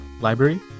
library